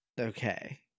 Okay